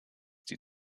die